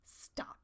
Stop